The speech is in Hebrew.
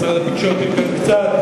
משרד התקשורת עדכן קצת.